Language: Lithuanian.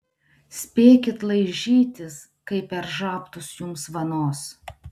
spėkit laižytis kai per žabtus jums vanos